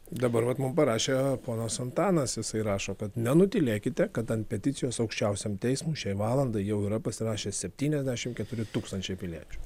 dabar vat mum parašė ponas antanas jisai rašo kad nenutylėkite kad ant peticijos aukščiausiam teismui šiai valandai jau yra pasirašę septyniasdešim keturi tūkstančiai piliečių